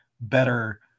better